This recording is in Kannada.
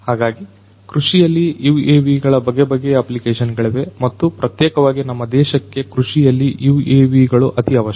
ಹಾಗಾಗಿ ಕೃಷಿಯಲ್ಲಿ UAVಗಳ ಬಗೆಬಗೆಯ ಅಪ್ಲಿಕೇಶನ್ ಗಳಿವೆ ಮತ್ತು ಪ್ರತ್ಯೇಕವಾಗಿ ನಮ್ಮ ದೇಶಕ್ಕೆ ಕೃಷಿಯಲ್ಲಿ UAVಗಳು ಅತಿ ಅವಶ್ಯಕ